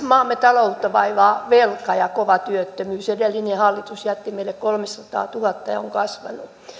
maamme taloutta vaivaa velka ja kova työttömyys edellinen hallitus jätti meille kolmesataatuhatta ja se on kasvanut